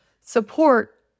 support